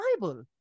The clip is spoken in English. Bible